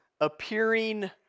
appearing